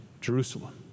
Jerusalem